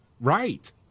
Right